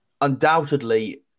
undoubtedly